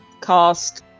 cast